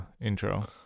intro